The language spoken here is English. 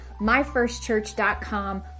myfirstchurch.com